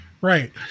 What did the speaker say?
right